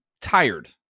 tired